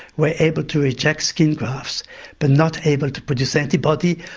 were able to reject skin grafts but not able to produce antibody,